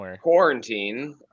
quarantine